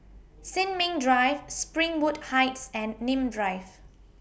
Sin Ming Drive Springwood Heights and Nim Drive